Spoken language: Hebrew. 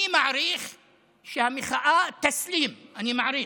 אני מעריך שהמחאה תסלים, אני מעריך.